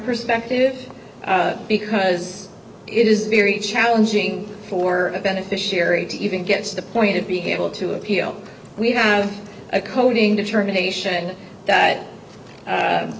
perspective because it is very challenging for a beneficiary to even get to the point of being able to appeal we have a coding determination that